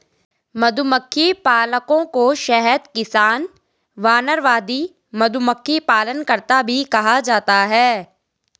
मधुमक्खी पालकों को शहद किसान, वानरवादी, मधुमक्खी पालनकर्ता भी कहा जाता है